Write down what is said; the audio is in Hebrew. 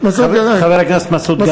חבר הכנסת מסעוד גנאים.